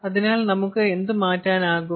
അതിനാൽ നമുക്ക് എന്ത് മാറ്റാനാകും